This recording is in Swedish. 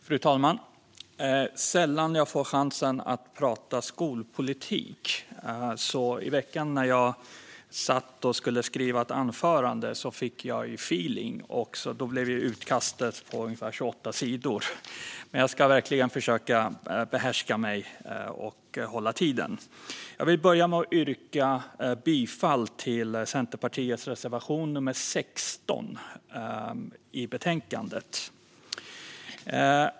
Fru talman! Det är sällan jag får chansen att prata skolpolitik. I veckan när jag satt och skrev ett anförande fick jag därför feeling. Då blev utkastet på ungefär 28 sidor, men jag ska verkligen försöka behärska mig och hålla tiden. Jag vill börja med att yrka bifall till Centerpartiets reservation nummer 16 i betänkandet.